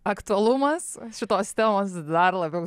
aktualumas šitos temos dar labiau